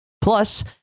Plus